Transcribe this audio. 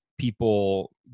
people